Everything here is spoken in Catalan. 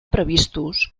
previstos